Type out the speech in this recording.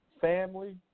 family